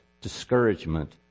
discouragement